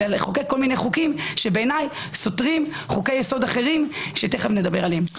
אלא לחוקק חוקים שבעיניי סותרים חוקי יסוד אחרים שתכף נדבר עליהם.